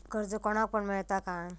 कर्ज कोणाक पण मेलता काय?